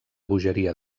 bogeria